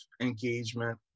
engagement